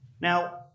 Now